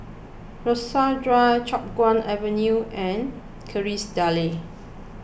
Rasok Drive Chiap Guan Avenue and Kerrisdale